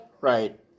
Right